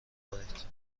کنید